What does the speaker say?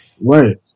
right